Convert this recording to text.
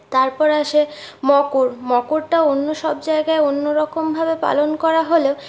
তারপর আসে মকর মকরটা অন্য সব জায়গায় অন্যরকমভাবে পালন করা হলেও